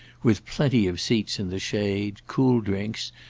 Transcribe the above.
with plenty of seats in the shade, cool drinks,